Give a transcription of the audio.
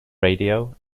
radio